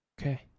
Okay